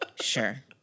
Sure